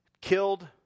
killed